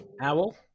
Owl